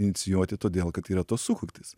inicijuoti todėl kad tai yra tos sukaktys